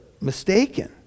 mistaken